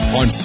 on